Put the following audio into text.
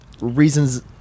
reasons